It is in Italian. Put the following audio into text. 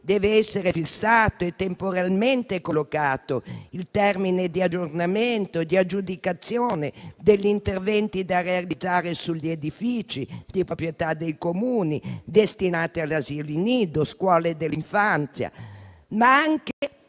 devono essere fissati e temporalmente collocati l'aggiornamento e l'aggiudicazione degli interventi da realizzare sugli edifici di proprietà dei Comuni destinati ad asili nido e scuole dell'infanzia. Siamo